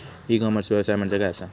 E commerce व्यवसाय म्हणजे काय असा?